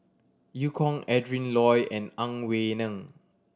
Eu Kong Adrin Loi and Ang Wei Neng